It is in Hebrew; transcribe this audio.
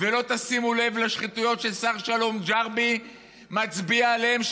ולא תשימו לב לשחיתויות ששר שלום ג'רבי מצביע עליהן,